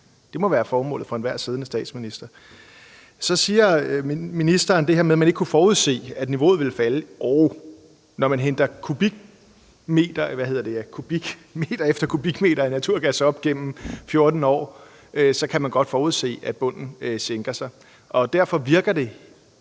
det må være formålet for enhver siddende statsminister. Så siger ministeren det her med, at man ikke kunne forudse, at havbundsniveauet ville falde. Jo, når man henter kubikmeter efter kubikmeter af naturgas op gennem 14 år, kan man godt forudse, at bunden sænker sig, og derfor virker det,